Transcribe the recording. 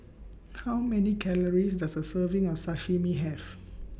How Many Calories Does A Serving of Sashimi Have